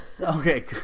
Okay